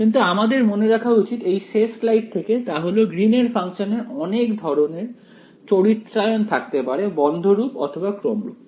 কিন্তু আমাদের মনে রাখা উচিত এই শেষ স্লাইড থেকে তা হল গ্রীন এর ফাংশনের অনেক ধরনের চরিত্রায়ন থাকতে পারে বন্ধ রূপ অথবা ক্রম রূপ